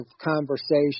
conversation